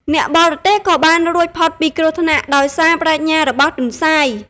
អ្នកបរទេះក៏បានរួចផុតពីគ្រោះថ្នាក់ដោយសារប្រាជ្ញារបស់ទន្សាយ។